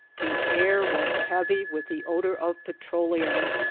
the air was heavy with the odor of petroleum.